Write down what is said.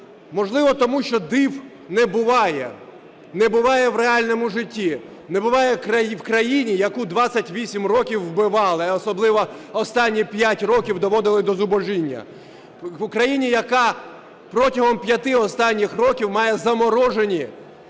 Можливо, тому що див не буває, не буває в реальному житті. Не буває в країні, яку 28 років вбивали, а особливо останні п'ять років доводили до зубожіння; в країні, яка протягом п'яти останніх років має заморожені